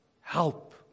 Help